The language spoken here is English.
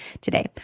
today